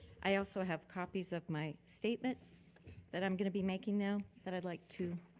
i also have copies of my statement that i'm gonna be making now that i'd like to